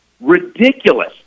ridiculous